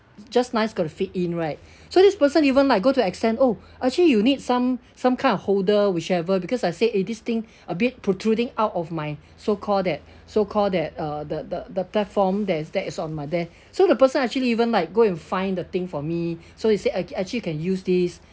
just nice got to fit in right so this person even like go to extent oh actually you need some some kind of holder whichever because I said eh this thing a bit protruding out of my so-called that so-called that uh the the the platform that is that is on my there so the person actually even like go and find the thing for me so he said okay actually you can use this